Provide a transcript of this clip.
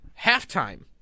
halftime